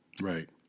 Right